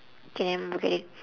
okay then don't look at it